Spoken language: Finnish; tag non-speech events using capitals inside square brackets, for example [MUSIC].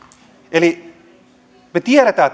eli me tiedämme [UNINTELLIGIBLE]